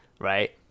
right